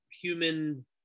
human